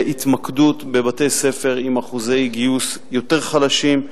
בהתמקדות בבתי-ספר עם אחוזי גיוס יותר חלשים,